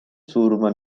surma